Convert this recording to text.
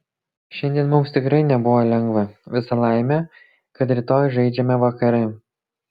šiandien mums tikrai nebuvo lengva visa laimė kad rytoj žaidžiame vakare